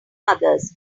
others